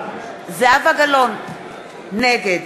נגד